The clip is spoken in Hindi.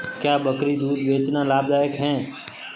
क्या बकरी का दूध बेचना लाभदायक है?